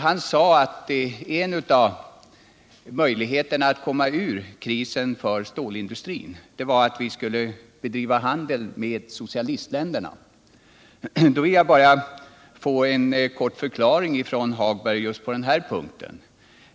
Han sade att en av möjligheterna för stålindustrin att komma ur krisen var att bedriva handel med socialistländerna. Då vill jag ha en kort förklaring från herr Hagberg just på den punkten.